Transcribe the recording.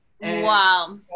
Wow